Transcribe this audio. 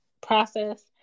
process